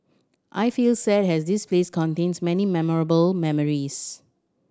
I feel sad as this place contains many memorable memories